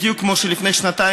בדיוק כמו שלפני שנתיים